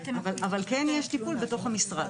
אבל כן יש טיפול בתוך המשרד.